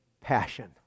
passion